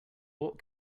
what